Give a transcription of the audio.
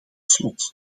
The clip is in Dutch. slot